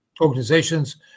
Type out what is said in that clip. organizations